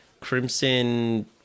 Crimson